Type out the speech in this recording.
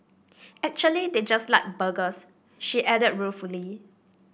actually they just like burgers she adds ruefully